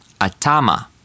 Atama